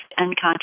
unconscious